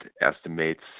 estimates